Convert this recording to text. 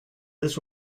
this